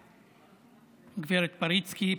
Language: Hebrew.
גב' פריצקי,